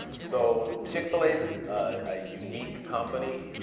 so chick-fil-a's and a unique company.